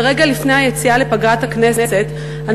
ורגע לפני היציאה לפגרת הכנסת אני